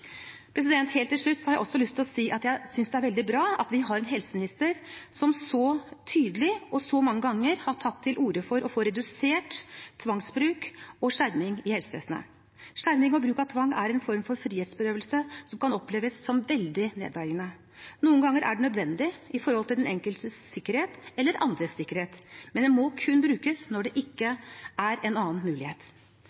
Helt til slutt har jeg lyst til å si at jeg synes det er veldig bra at vi har en helseminister som så tydelig og så mange ganger har tatt til orde for å få redusert tvangsbruk og skjerming i helsevesenet. Skjerming og bruk av tvang er en form for frihetsberøvelse som kan oppleves som veldig nedverdigende. Noen ganger er det nødvendig for den enkeltes sikkerhet eller andres sikkerhet. Men det må kun brukes når det ikke